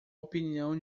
opinião